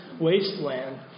wasteland